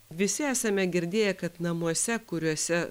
visi esame girdėję kad namuose kuriuose